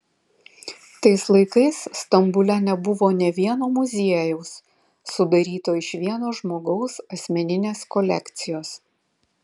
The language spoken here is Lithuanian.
tais laikais stambule nebuvo nė vieno muziejaus sudaryto iš vieno žmogaus asmeninės kolekcijos